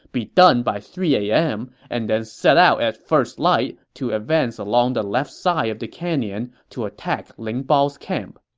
be done by three a m, and set out at first light to advance along the left side of the canyon to attack ling bao's camp.